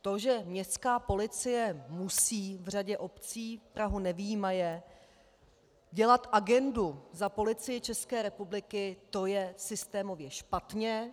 To, že městská policie musí v řadě obcí, Prahu nevyjímaje, dělat agendu za Policii České republiky, to je systémově špatně.